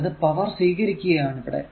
അതായതു പവർ സ്വീകരിക്കുകയാണ് ഇവിടെ